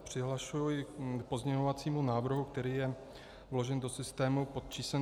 Přihlašuji se k pozměňovacímu návrhu, který je vložen do systému pod číslem 2919.